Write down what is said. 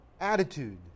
attitude